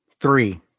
Three